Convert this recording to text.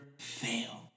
fail